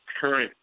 current